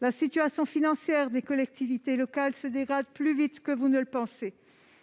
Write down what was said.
La situation financière des collectivités locales se dégrade plus vite que vous ne le pensez.